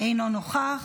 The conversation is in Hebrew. אינו נוכח,